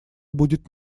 будет